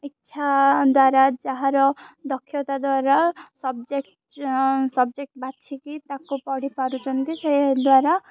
ଇଚ୍ଛା ଦ୍ୱାରା ଯାହାର ଦକ୍ଷତା ଦ୍ୱାରା ସବଜେକ୍ଟ ସବଜେକ୍ଟ ବାଛିକି ତାକୁ ପଢ଼ି ପାରୁଛନ୍ତି ସେହି ଦ୍ୱାରା